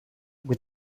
with